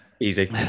Easy